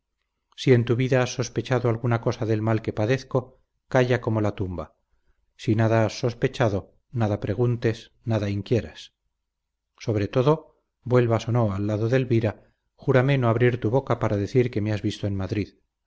si en tu vida has sospechado alguna cosa del mal que padezco calla como la tumba si nada has sospechado nada preguntes nada inquieras sobre todo vuelvas o no al lado de elvira júrame no abrir tu boca para decir que me has visto en madrid